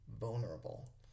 vulnerable